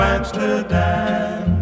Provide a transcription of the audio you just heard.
Amsterdam